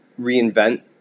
reinvent